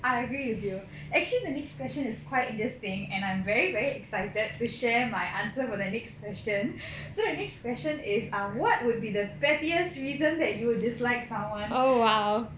I agree with you actually the next question is quite interesting and I'm very very excited to share my answer for the next question so the next question is um what would be the pettiest reason that you would dislike someone